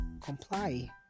comply